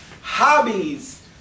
hobbies